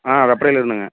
ஆ வெப்படையிலிருந்துங்க